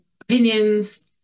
opinions